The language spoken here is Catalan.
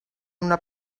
una